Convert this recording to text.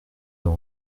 dans